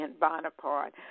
Bonaparte